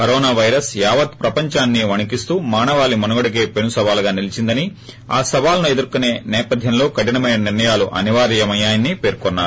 corona virus యావత్ ప్రపందాన్నీ వణికిస్తూ మానవాళి వసుగడకే పెను సవాలుగా నిలీచిందని ఆ సవాలును ఎదుర్కోనే నేపధ్యంలో కఠినమైన నిర్ణయాలు అనివార్యమయ్యాయని పేర్కొన్నారు